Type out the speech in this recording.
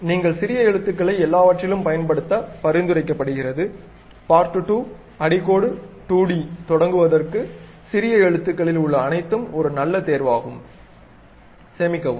நீங்கள் சிறிய எழுத்துக்களை எல்லாவற்றிலும் பயன்படுத்த பரிந்துரைக்கபடுகிறது part2 2d தொடங்குவதற்கு சிறிய எழுத்துக்களில் உள்ள அனைத்தும் ஒரு நல்ல தேர்வாகும் சேமிக்கவும்